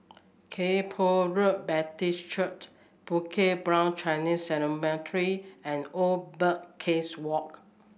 Kay Poh Road Baptist Church Bukit Brown Chinese Cemetery and Old Birdcage Walk